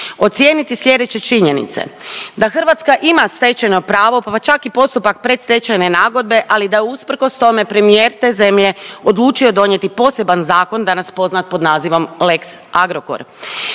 ocijeniti slijedeće činjenice da Hrvatska ima stečeno pravo pa čak i postupak predstečajne nagodbe, ali da usprkos tome premijer te zemlje odlučio donijeti poseban zakon danas poznat pod nazivom lex Agrokor,